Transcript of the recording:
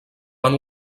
van